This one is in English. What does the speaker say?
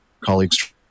colleagues